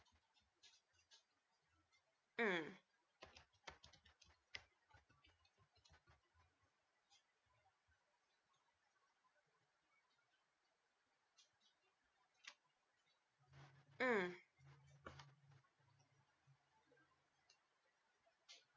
mm mm